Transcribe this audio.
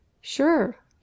Sure